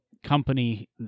Company